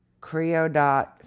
Creodot